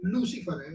Lucifer